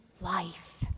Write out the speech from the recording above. life